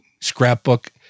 scrapbook